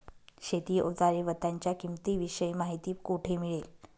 शेती औजारे व त्यांच्या किंमतीविषयी माहिती कोठे मिळेल?